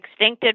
extincted